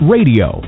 Radio